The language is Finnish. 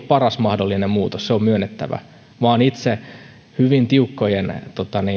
paras mahdollinen muutos se on myönnettävä minä olen itse hyvin tiukkojen